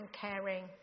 caring